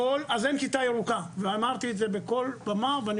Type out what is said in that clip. אז אין כיתה ירוקה ואמרתי את זה בכל במה ואני